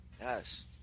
Yes